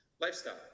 lifestyle